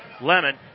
Lemon